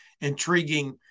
intriguing